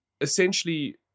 essentially